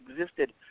existed